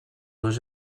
dos